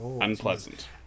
unpleasant